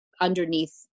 underneath